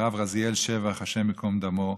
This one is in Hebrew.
הרב רזיאל שבח, השם ייקום דמו.